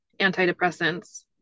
antidepressants